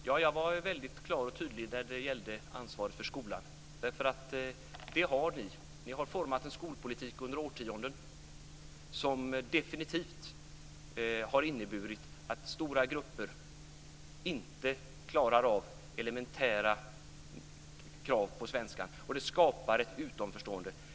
Herr talman! Ja, jag var väldigt klar och tydlig när det gällde ansvaret för skolan. Det har ni socialdemokrater. Ni har format en skolpolitik under årtionden som definitivt har inneburit att stora grupper inte klarar av elementära krav på svenska, och det skapar ett utanförstående.